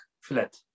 flat